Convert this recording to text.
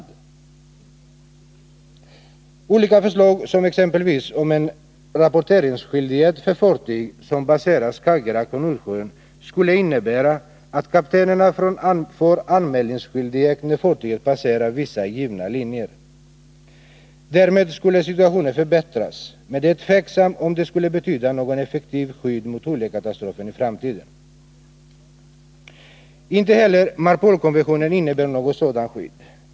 Det har framförts olika förslag i det här sammanhanget. Ett förslag gäller rapporteringsskyldighet för fartyg som passerar Skagerack och Nordsjön, vilket skulle innebära att kaptenerna har anmälningsskyldighet när fartygen passerar vissa givna linjer. Därmed skulle situationen förbättras, men det är tveksamt om det skulle betyda något effektivt skydd mot oljekatastrofer i framtiden. Inte heller Marpolkonventionen innebär något sådant skydd.